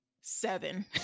seven